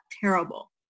terrible